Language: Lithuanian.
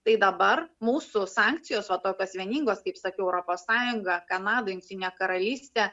tai dabar mūsų sankcijos va tokios vieningos kaip sakiau europos sąjunga kanada jungtinė karalystė